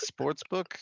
Sportsbook